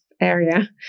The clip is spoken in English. area